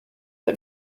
but